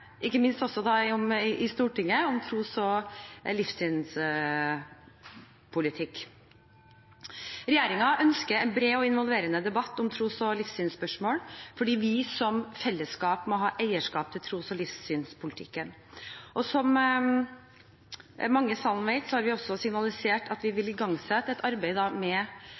bred og involverende debatt om tros- og livssynsspørsmål, fordi vi som fellesskap må ha eierskap til tros- og livssynspolitikken. Som mange i salen vet, har vi signalisert at vi vil igangsette et arbeid med